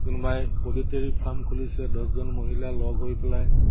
কোনোবাই poultry farm খুলিছে দহজনী মহিলা লগ হৈ পেলাই